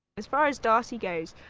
as far as darcy goes,